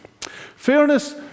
Fairness